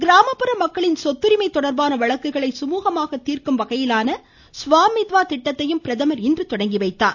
கிராமப்புற மக்களின் சொத்துரிமை தொடர்பான வழக்குகளை சுமூகமாக தீர்க்கும் வகையிலான ஸ்வா மித்வா திட்டத்தையும் பிரதமர் இன்று தொடங்கி வைத்தார்